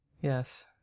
Yes